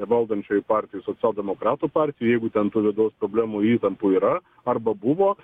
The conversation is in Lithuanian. valdančioj partijoj socialdemokratų partijoj jeigu ten tų vidaus problemų įtampų yra arba buvo